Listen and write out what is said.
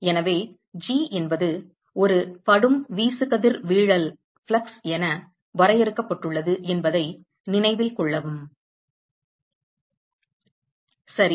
எனவே G என்பது ஒரு படும் வீசுகதிர்வீழல் ஃப்ளக்ஸ் என வரையறுக்கப்பட்டுள்ளது என்பதை நினைவில் கொள்ளவும் சரி